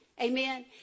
Amen